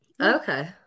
okay